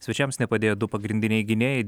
svečiams nepadėjo du pagrindiniai gynėjai